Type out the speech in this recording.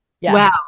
Wow